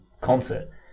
concert